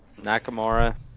Nakamura